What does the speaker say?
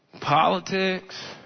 Politics